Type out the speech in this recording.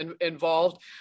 involved